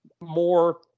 more